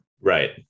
right